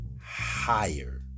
higher